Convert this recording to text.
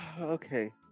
okay